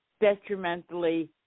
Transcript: detrimentally